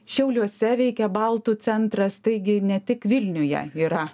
šiauliuose veikia baltų centras taigi ne tik vilniuje yra